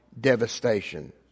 devastation